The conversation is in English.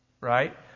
right